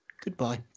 Goodbye